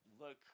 look